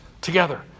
together